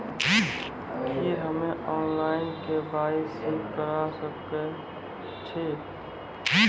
की हम्मे online, KYC करा सकैत छी?